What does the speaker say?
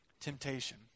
Temptation